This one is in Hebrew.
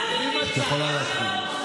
כולם פה יודעים, את יכולה להתחיל.